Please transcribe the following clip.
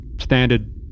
standard